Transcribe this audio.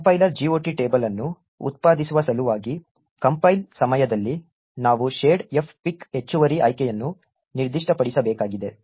ಈಗ compiler GOT table ಅನ್ನು ಉತ್ಪಾದಿಸುವ ಸಲುವಾಗಿ ಕಂಪೈಲ್ ಸಮಯದಲ್ಲಿ ನಾವು shared fpic ಹೆಚ್ಚುವರಿ ಆಯ್ಕೆಯನ್ನು ನಿರ್ದಿಷ್ಟಪಡಿಸಬೇಕಾಗಿದೆ